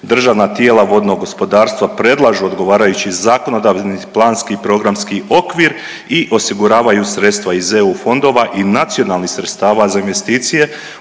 državna tijela vodnog gospodarstva predlažu odgovarajući zakonodavni planski i programski okvir i osiguravaju sredstva iz EU fondova i nacionalnih sredstava za investicije